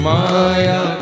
Maya